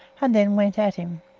and then went at him.